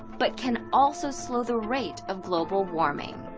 but can also slow the rate of global warming.